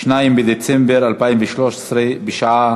ההצעה תעבור לוועדת